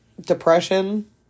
Depression